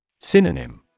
Synonym